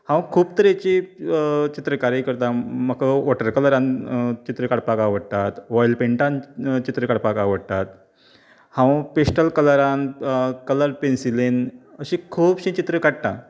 हांव खूब तरेची चित्रकारी करतां म्हाका वाॅटर कलरान चित्र काडपाक आवडटा वॉयल पेन्टान चित्र काडपाक आवडटात हांव पेश्टल कलरान कलर पेन्सिलेन अशे खुबशीं चित्रां काडटा